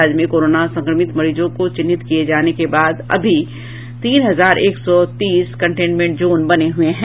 राज्य में कोरोना संक्रमित मरीजों को चिन्हित किये जाने के बाद अभी तीन हजार एक सौ तीस कंटेनमेंट जोन बने हुये हैं